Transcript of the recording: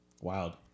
wild